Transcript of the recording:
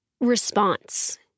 response